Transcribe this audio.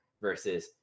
versus